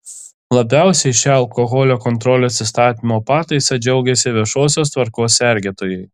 labiausiai šia alkoholio kontrolės įstatymo pataisa džiaugiasi viešosios tvarkos sergėtojai